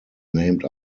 named